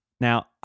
Now